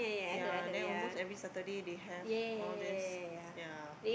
ya then almost every Saturday they have all these